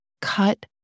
cut